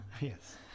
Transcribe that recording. Yes